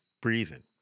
breathing